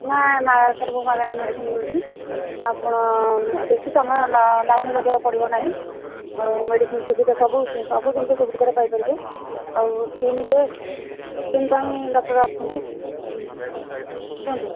ନା ନା ସବୁ ମାଗଣା ମେଡ଼ିସିନ୍ ମିଳୁଛି ଆପଣ ବେଶୀ ସମୟ ଲାଇନ୍ ଲଗାଇବା ପଡ଼ିବ ନାହିଁ ଆଉ ମେଡ଼ିସିନ୍ ସୁବିଧା ସବୁ ସବୁ ଜିନିଷ ସୁବିଧାରେ ପାଇ ପାରିବେ ଆଉ ସ୍କିନ୍ରେ ସ୍କିନ୍ ପାଇଁ ଡକ୍ଟର୍ ଆସୁଛନ୍ତି ହୁଁ କୁହନ୍ତୁ